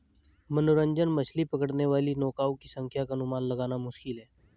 मनोरंजक मछली पकड़ने वाली नौकाओं की संख्या का अनुमान लगाना मुश्किल है